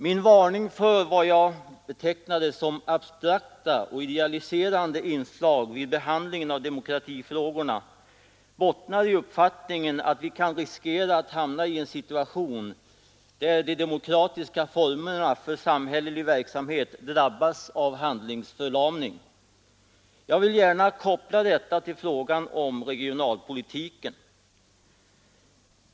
Min varning för vad jag betecknade som ”abstrakta” och ”idealiserande” inslag vid behandlingen av demokratifrågorna bottnar i uppfattningen att vi kan riskera att hamna i en situation där de demokratiska formerna för samhällelig verksamhet drabbas av handlingsförlamning. Jag vill gärna koppla detta till frågan om regionalpolitiken.